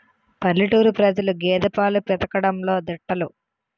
పల్లెటూరు ప్రజలు గేదె పాలు పితకడంలో దిట్టలు